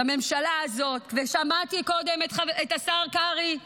לממשלה הזאת, שמעתי קודם את השר קרעי.